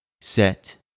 set